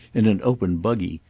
in an open buggy,